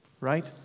right